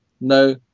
no